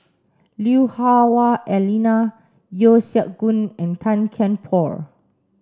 Lui Hah Wah Elena Yeo Siak Goon and Tan Kian Por